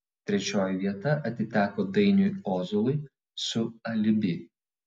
trečioji vieta atiteko dainiui ozolui su alibi